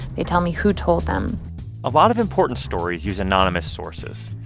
they tell me who told them a lot of important stories use anonymous sources.